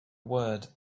word